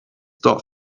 tough